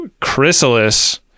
Chrysalis